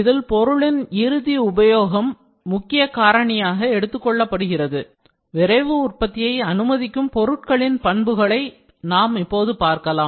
இதில் பொருளின் இறுதி உபயோகம் முக்கிய காரணியாக எடுத்துக் கொள்ளப்படுகிறது விரைவு உற்பத்தியை அனுமதிக்கும் பொருட்களின் பண்புகளை நாம் இப்போது பார்க்கலாம்